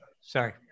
sorry